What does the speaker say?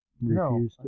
No